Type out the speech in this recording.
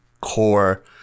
core